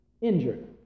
injured